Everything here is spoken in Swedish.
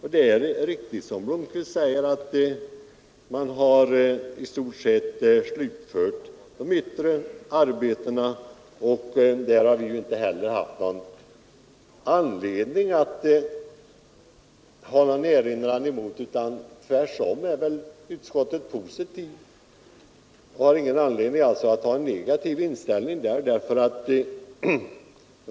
Herr Blomkvist säger att man i stort sett genomfört de yttre arbetena på slottet, och vi har heller inte haft någon erinran att göra mot detta. Tvärtom ställer sig utskottet positivt.